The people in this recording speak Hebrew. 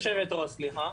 יושבת-ראש, סליחה.